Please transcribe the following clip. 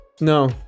No